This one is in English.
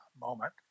moment